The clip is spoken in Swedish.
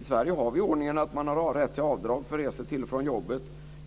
I Sverige har vi den ordningen att man har rätt till avdrag för resor till och från jobbet.